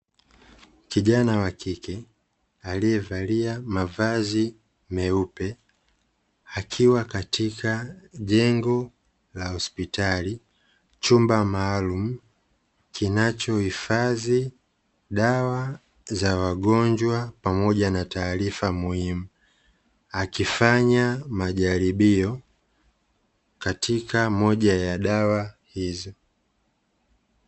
Kijana wa kike aliyevalia mavazi meupe akiwa katika jengo la hospitali, chumba maalum kinachohifadhi dawa za wagonjwa pamoja na taarifa muhimu. Akifanya majaribio katika moja ya dawa hizo.